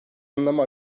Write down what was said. anlamı